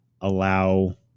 allow